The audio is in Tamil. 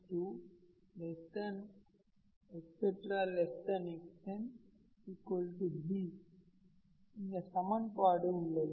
xnb இந்த சமன்பாடு உள்ளது